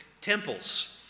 temples